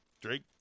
drake